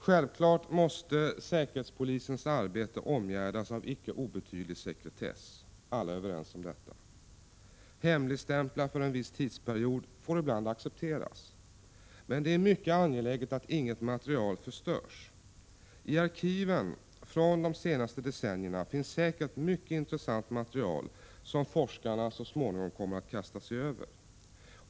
Självfallet måste säkerhetspolisens arbete omgärdas av en icke obetydlig sekretess. Alla är överens om detta. Hemligstämplar för en viss tidsperiod får ibland accepteras. Men det är mycket angeläget att inget material förstörs. I arkiven från de senaste decennierna finns säkert mycket intressant material, som forskarna så småningom kommer att kasta sig över.